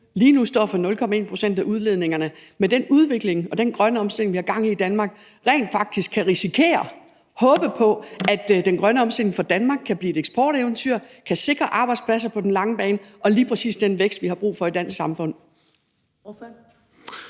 lige nu kun står for 0,1 pct. af udledningerne, kan vi med den udvikling og den grønne omstilling, vi har gang i i Danmark, rent faktisk risikere, håbe på, at den grønne omstilling for Danmark kan blive et eksporteventyr, kan sikre arbejdspladser på den lange bane og kan sikre lige præcis den vækst, vi har brug for i det danske samfund.